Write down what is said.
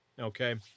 Okay